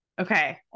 okay